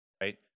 Right